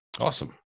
awesome